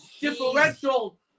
differential